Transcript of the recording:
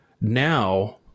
now